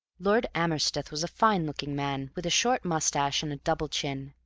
lord amersteth was a fine-looking man with a short mustache and a double chin.